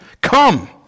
Come